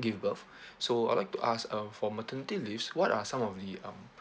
give birth so I'd like to ask um for maternity leaves what are some of the um